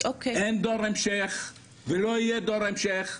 אין דור המשך ולא יהיה דור המשך,